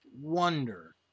wonder